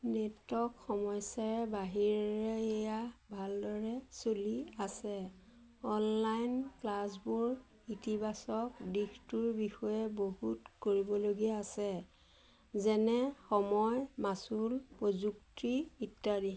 network সমস্যাৰ বাহিৰেৰে এয়া ভালদৰে চলি আছে অনলাইন ক্লাছবোৰ ইতিবাচক দিশটোৰ বিষয়ে বহুত কৰিবলগীয়া আছে যেনে সময় মাচুল প্ৰযুক্তি ইত্যাদি